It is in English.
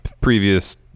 previous